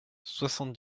soixante